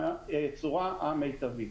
בצורה המיטבית.